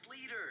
leader